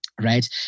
Right